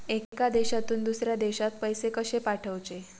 एका देशातून दुसऱ्या देशात पैसे कशे पाठवचे?